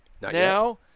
now